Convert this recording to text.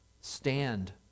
stand